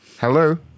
Hello